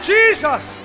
Jesus